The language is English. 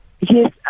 Yes